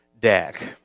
deck